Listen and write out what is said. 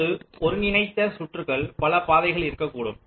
இப்போது ஒருங்கிணைந்த சுற்றுக்குள் பல பாதைகள் இருக்கக்கூடும்